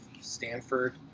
Stanford